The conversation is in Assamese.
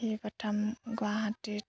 সি প্ৰথম গুৱাহাটীত